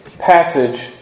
passage